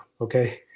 Okay